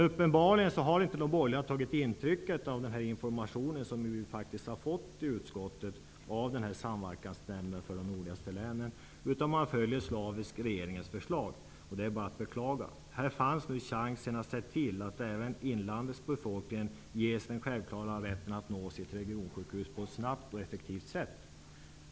Uppenbarligen har inte de borgerliga tagit intryck av den information som vi faktiskt har fått i utskottet från Samverkansnämnden för de nordligaste länen, utan följer slaviskt regeringens förslag. Detta är bara att beklaga. Här finns nu chansen att se till att även inlandets befolkning ges den självklara rätten att nå sitt regionsjukhus på ett snabbt och effektivt sätt.